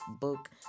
book